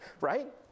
Right